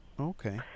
Okay